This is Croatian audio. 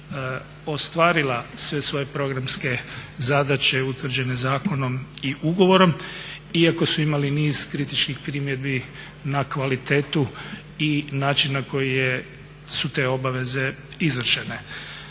ostvarila sve svoje programske zadaće utvrđene zakonom i ugovorom, iako su imali niz kritičkih primjedbi na kvalitetu i način na koji su te obaveze izvršene.